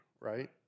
right